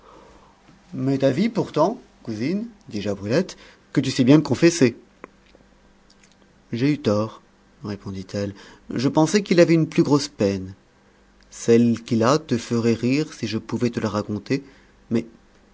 m'est avis pourtant cousine dis-je à brulette que tu sais bien le confesser j'ai eu tort répondit-elle je pensais qu'il avait une plus grosse peine celle qu'il a te ferait rire si je pouvais te la raconter mais